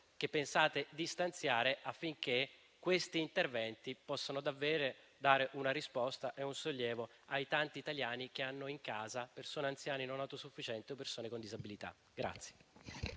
pensate di stanziare, affinché questi interventi possano davvero dare una risposta e un sollievo ai tanti italiani che hanno in casa persone anziane non autosufficienti o persone con disabilità.